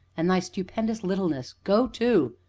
and thy stupendous littleness go to!